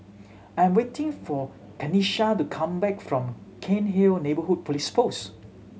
I'm waiting for Kenisha to come back from Cairnhill Neighbourhood Police Post